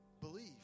believe